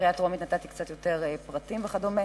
בקריאה הטרומית נתתי קצת יותר פרטים וכדומה.